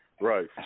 Right